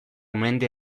mende